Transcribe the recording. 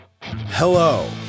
Hello